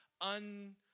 un